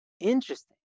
Interesting